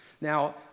Now